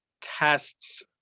tests